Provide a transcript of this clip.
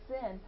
sin